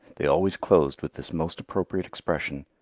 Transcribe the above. they always closed with this most appropriate expression,